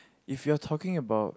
if you're talking about